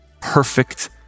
perfect